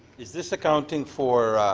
is this accounting for